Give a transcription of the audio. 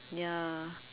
ya